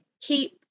keep